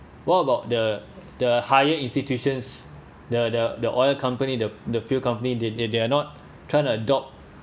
what about the the higher institutions the the the oil company the the fuel company they they they are not trying to adopt